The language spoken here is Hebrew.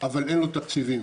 אבל אין לו תקציבים.